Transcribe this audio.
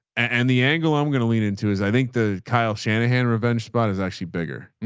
and the angle i'm going to lean into is i think the kyle shanahan revenge spot is actually bigger.